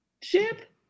chip